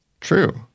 True